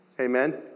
Amen